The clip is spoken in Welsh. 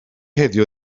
heddiw